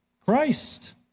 Christ